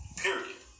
period